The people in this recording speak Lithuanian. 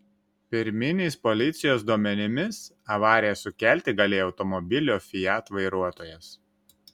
pirminiais policijos duomenimis avariją sukelti galėjo automobilio fiat vairuotojas